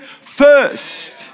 first